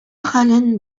хәлен